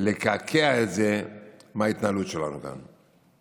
לקעקע אותו מההתנהלות שלנו כאן.